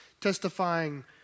testifying